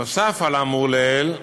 נוסף על האמור לעיל",